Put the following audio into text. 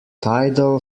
tidal